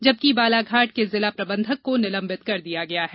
जबकि बालाघाट के जिला प्रबंधक को निलंबित कर दिया गया है